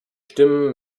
stimmen